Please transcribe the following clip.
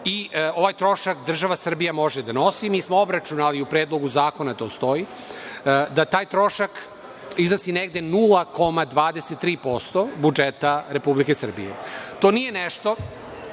i ovaj trošak država Srbija može da nosi. Mi smo obračunali u Predlogu zakona, to stoji, da taj trošak iznosi negde 0,23% budžeta Republike Srbije. To nije nešto